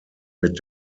mit